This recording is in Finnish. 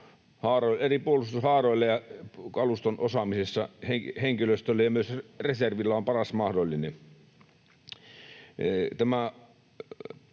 eri puolustushaaroilla ja kaluston osaamisessa henkilöstöllä ja myös reservillä on paras mahdollinen.